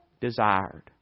desired